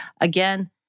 Again